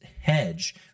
hedge